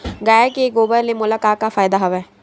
गाय के गोबर ले मोला का का फ़ायदा हवय?